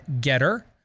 Getter